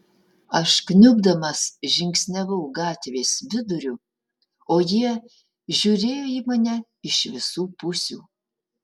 aš kniubdamas žingsniavau gatvės viduriu o jie žiūrėjo į mane iš visų pusių